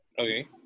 Okay